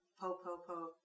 Po-po-po